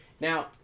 Now